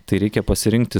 tai reikia pasirinkti